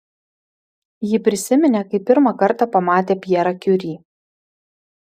ji prisiminė kaip pirmą kartą pamatė pjerą kiuri